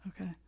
okay